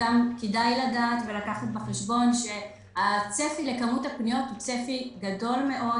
כדאי לדעת ולקחת בחשבון שהצפי לכמות הפניות הוא צפי גדול מאוד,